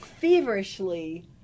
feverishly